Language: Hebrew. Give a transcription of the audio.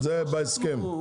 זה בהסכם.